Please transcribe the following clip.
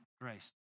grace